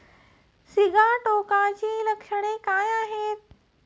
सिगाटोकाची लक्षणे काय आहेत?